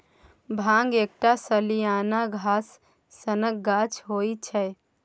भांग एकटा सलियाना घास सनक गाछ होइ छै